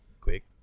quick